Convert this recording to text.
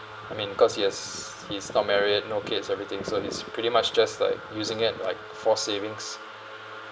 I mean cause he has he's not married no kids everything so he's pretty much just like using it like for savings